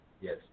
yes